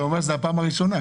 זה אומר שזו הפעם הראשונה...